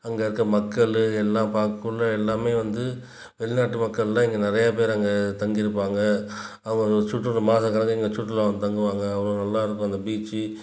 அங்கே இருக்க மக்கள் எல்லாம் பார்க்கக்குள்ள எல்லாமே வந்து வெளிநாட்டு மக்கள் தான் இங்கே நிறையா பேர் அங்கே தங்கிருப்பாங்க அவங்க அங்கே சுற்றுரும் மாதக் கணக்கில இங்கே சுற்றுலா வந்து தங்குவாங்க அவ்வளோ நல்லா இருக்கும் அந்த பீச்சு